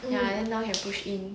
ya and now can push in